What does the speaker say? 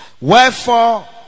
Wherefore